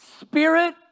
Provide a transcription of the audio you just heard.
spirit